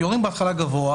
בהתחלה הם יורים בהתחלה גבוה,